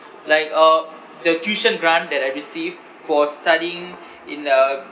like uh the tuition grant that I received for studying in a